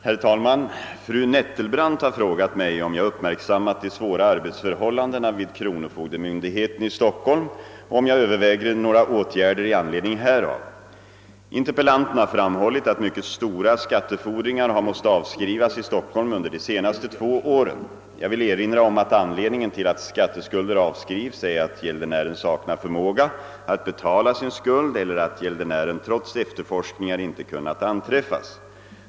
Herr talman! Fru Nettelbrandt har frågat mig om jag uppmärksammat de svåra arbetsförhållandena vid kronofogdemyndigheten i Stockholm och om jag överväger några åtgärder i anledning härav. Interpellanten har framhållit att mycket stora skattefordringar har måst avskrivas i Stockholm under de senaste två åren. Jag vill erinra om att anledningen till att skatteskulder avskrivs är att gäldenären saknar förmåga att betala sin skuld eller att gäldenären trots efterforskningar inte kunnat anträffas.